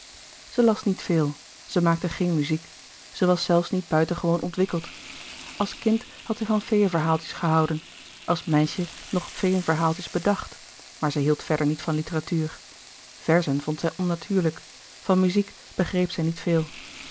zij las niet veel zij maakte geen muziek zij was zelfs niet buitengewoon ontwikkeld als kind had zij van feeënverhaaltjes gehouden als meisje nog feeënverhaaltjes bedacht maar zij hield verder niet van litteratuur verzen vond zij onnatuurlijk van muziek begreep zij niet veel